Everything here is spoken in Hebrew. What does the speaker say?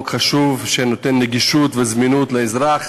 שנותן נגישות וזמינות לאזרח,